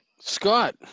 Scott